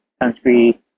country